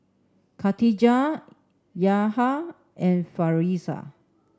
Khatijah Yahya and Firash